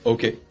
Okay